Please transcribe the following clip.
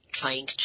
trying